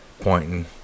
pointing